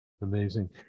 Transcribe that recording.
amazing